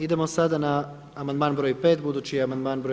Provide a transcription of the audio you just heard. Idemo sada na Amandman broj 5 budući je Amandman broj.